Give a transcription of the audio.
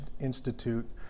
Institute